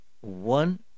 one